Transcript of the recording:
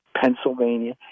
Pennsylvania